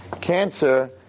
Cancer